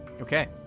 Okay